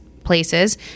places